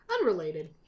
Unrelated